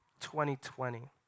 2020